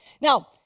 Now